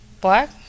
black